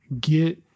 Get